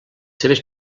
seves